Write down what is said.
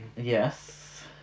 Yes